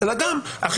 אלא גם אכיפות,